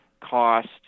cost